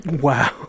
wow